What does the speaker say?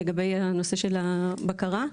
לגבי הנושא של הבקרה?